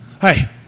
Hi